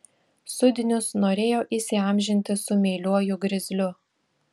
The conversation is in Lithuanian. sudnius norėjo įsiamžinti su meiliuoju grizliu